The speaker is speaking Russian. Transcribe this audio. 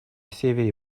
севере